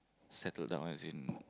settled down as in